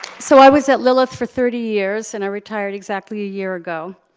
so i was at lilith for thirty years, and i retired exactly a year ago.